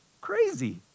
Crazy